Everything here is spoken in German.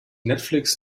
netflix